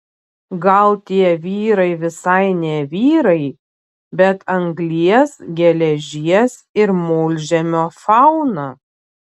gal tie vyrai visai ne vyrai bet anglies geležies ir molžemio fauna